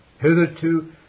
Hitherto